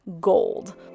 gold